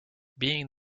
being